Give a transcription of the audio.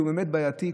שהוא באמת בעייתי,